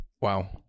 wow